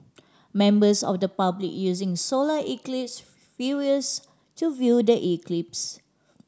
members of the public using solar eclipse viewers to view the eclipse